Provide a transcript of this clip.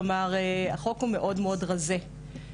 כלומר, החוק הוא מאוד-מאוד רזה.